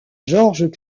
georges